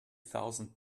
thousand